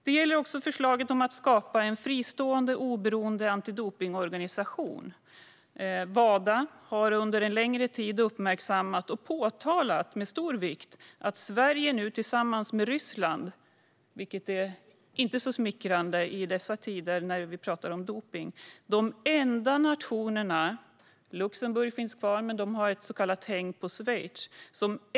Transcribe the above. Det gäller också förslaget om att skapa en fristående, oberoende antidopningsorganisation. Wada har under en längre tid uppmärksammat och påtalat, med stor vikt, att Sverige tillsammans med Ryssland - vilket inte är särskilt smickrande när man talar om dopning i dessa tider - är de enda nationerna som ännu inte har etablerat en oberoende antidopningsorganisation.